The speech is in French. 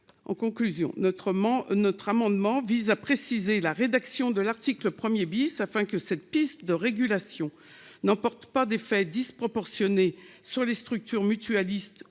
En conclusion n'autrement notre amendement vise à préciser la rédaction de l'article 1er bis afin que cette piste de régulation n'emporte pas d'effets disproportionnés sur les structures mutualistes